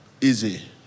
easy